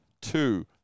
two